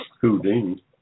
Houdini